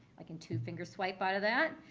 i can two-finger swipe out of that.